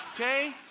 Okay